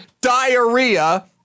diarrhea